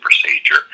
procedure